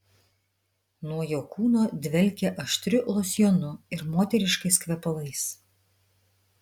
nuo jo kūno dvelkė aštriu losjonu ir moteriškais kvepalais